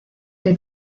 que